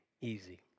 easy